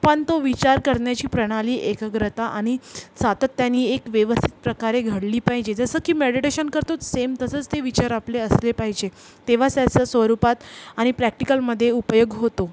पण तो विचार करण्याची प्रणाली एकाग्रता आणि सातत्यानी एक व्यवस्थित प्रकारे घडली पाहिजे जसं की मेडिटेशन करतो सेम तसंच ते विचार आपले असले पाहिजे तेव्हाच त्याचं स्वरूपात आणि प्रॅक्टिकलमध्ये उपयोग होतो